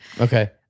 Okay